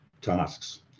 tasks